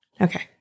Okay